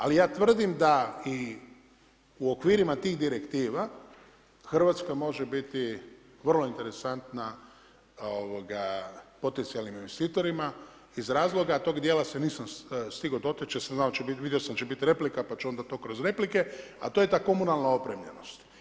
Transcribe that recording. Ali ja tvrdim da i okvirima tih direktiva Hrvatska može biti vrlo interesantna potencijalnim investitorima iz razloga, tog dijela se nisam stigao dotaći jer sam znao da će biti, vidio sam da će biti replika pa ću onda to kroz replike, a to je ta komunalna opremljenost.